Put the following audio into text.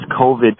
COVID